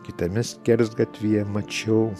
kitame skersgatvyje mačiau